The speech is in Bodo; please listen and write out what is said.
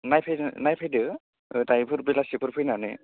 नायफै नायफैदो दायोफोर बेलासिफोराव फैनानै